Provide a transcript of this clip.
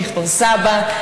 מכפר סבא,